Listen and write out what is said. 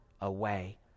away